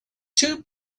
two